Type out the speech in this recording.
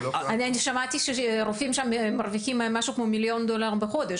אני שמעתי שרופאים שם מרוויחים משהו כמו מיליון דולר בחודש.